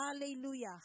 Hallelujah